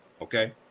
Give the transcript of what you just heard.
okay